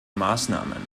maßnahmen